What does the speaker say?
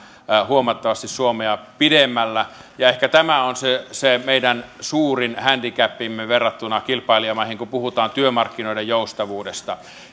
huomattavasti suomea pidemmällä ja ehkä tämä on se meidän suurin handicapimme verrattuna kilpailijamaihin kun puhutaan työmarkkinoiden joustavuudesta